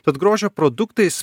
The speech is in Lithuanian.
tad grožio produktais